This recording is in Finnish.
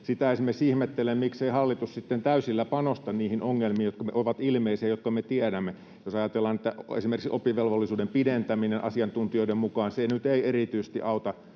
työtä. Esimerkiksi sitä ihmettelen, miksei hallitus sitten täysillä panosta niihin ongelmiin, jotka ovat ilmeisiä ja jotka me tiedämme. Jos ajatellaan, että esimerkiksi oppivelvollisuuden pidentäminen asiantuntijoiden mukaan ei erityisesti auta